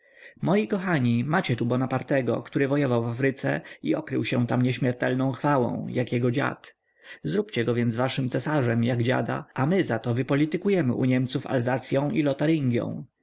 moi kochani macie tu bonapartego który wojował w afryce i okrył się tam nieśmiertelną chwałą jak jego dziad zróbcie go więc waszym cesarzem jak dziada a my zato wypolitykujemy u niemców alzacyą i lotaryngią